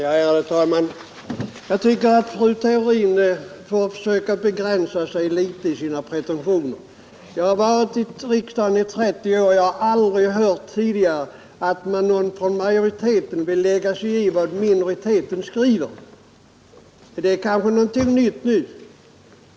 Fru talman! Jag tycker att fru Theorin bör försöka begränsa sina pretentioner litet. Jag har tillhört riksdagen i 30 år, och jag har aldrig tidigare upplevt att någon inom majoriteten har lagt sig i vad minoriteten skrivit. Det är kanske någonting nytt.